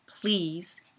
please